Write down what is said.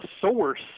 source